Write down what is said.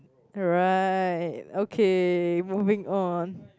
right okay moving on